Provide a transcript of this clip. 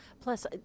plus